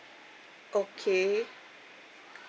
okay